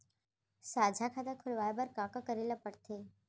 साझा खाता खोलवाये बर का का करे ल पढ़थे?